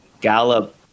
Gallup